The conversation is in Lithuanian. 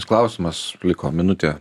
klausimas liko minutė